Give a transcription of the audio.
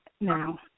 now